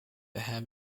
have